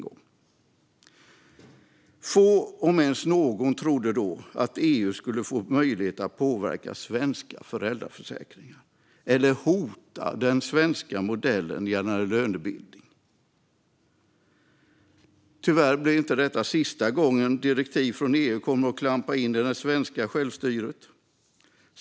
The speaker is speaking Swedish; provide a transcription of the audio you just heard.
Få, om ens någon, trodde då att EU skulle få möjlighet att påverka den svenska föräldraförsäkringen eller hota den svenska modellen för lönebildning. Tyvärr blir detta inte sista gången som direktiv från EU kommer att klampa in på det svenska självstyret.